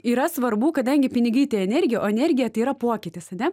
yra svarbu kadangi pinigai tai energija o energija tai yra pokytis ane